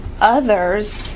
others